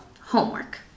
homework